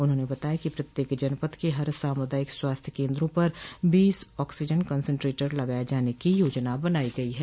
उन्होंने बताया कि प्रत्येक जनपद के हर सामूदायिक स्वास्थ्य केन्द्रों पर बीस ऑक्सीजन कंसेट्रेटर्स लगाये जाने की योजना बनाई गई है